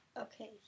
Okay